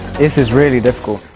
this is really difficult.